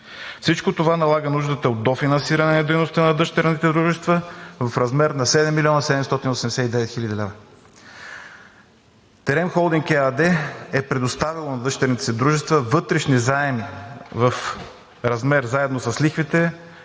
Всичко това налага нуждата от дофинансиране на дейността на дъщерните дружества в размер на 7 млн. 789 хил. лв. „Терем Холдинг“ ЕАД е предоставило на дъщерните си дружества вътрешни заеми в размер, заедно с лихвите,